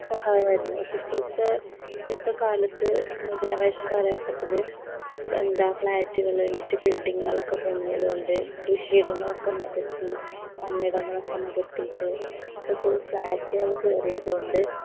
സഹായമായിരുന്നു പക്ഷേ ഇപ്പോഴത്തെ ഇപ്പോഴത്തെ കാലത്ത് ന്യൂ ജെനറേഷൻ കാലഘട്ടത്തിൽ എന്താണ് ഫ്ലാറ്റുകൾ മറ്റ് ബിൽഡിങ്ങുകളൊക്കെ പൊങ്ങിയതുകൊണ്ട് കൃഷിയിടങ്ങളൊക്കെ നികത്തി മണ്ണിടങ്ങളൊക്കെ നികത്തിയിട്ട് ഇപ്പം ഫുൾ ഫ്ലാറ്റുകൾ കയറിയതു കൊണ്ട്